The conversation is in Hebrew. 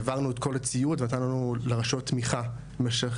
העברנו את כל הציוד ונתנו לרשויות תמיכה במשך